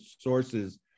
sources